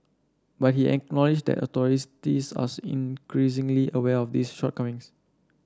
but he acknowledged that are increasingly aware of these shortcomings